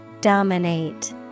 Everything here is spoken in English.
Dominate